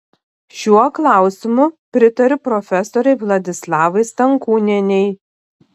šiuo klausimu pritariu profesorei vladislavai stankūnienei